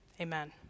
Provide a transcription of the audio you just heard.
Amen